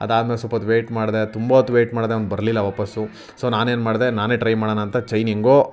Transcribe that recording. ಅದು ಆದ ಮೇಲೆ ಸ್ವಲ್ಪ ಹೊತ್ತು ವೇಯ್ಟ್ ಮಾಡಿದೆ ತುಂಬ ಹೊತ್ತು ವೇಯ್ಟ್ ಮಾಡಿದೆ ಅವ್ನು ಬರಲಿಲ್ಲ ವಾಪಸ್ ಸೊ ನಾನು ಏನು ಮಾಡಿದೆ ನಾನೇ ಟ್ರೈ ಮಾಡಣ ಅಂತ ಚೈನ್ ಹೆಂಗೋ